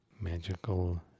Magical